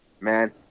man